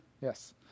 Yes